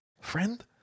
friend